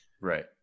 Right